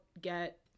get